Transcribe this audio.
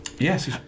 Yes